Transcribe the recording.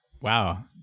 Wow